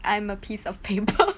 I am a piece of paper